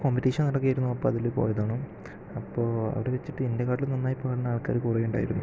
ഒരു കോംപിറ്റീഷൻ നടക്കുകയായിരുന്നു അപ്പൊൾ അതില് പോയതാണ് അപ്പൊൾ അവിടെ വച്ചിട്ട് എൻ്റെക്കാട്ടിലും നന്നായിപ്പാടുന്ന ആൾക്കാര് കുറേയുണ്ടായിരുന്നു